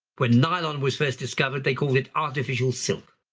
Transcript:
when nylon was first discovered they called it artificial silk,